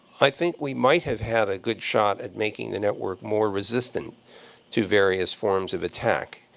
i think we might have had a good shot at making the network more resistant to various forms of attack,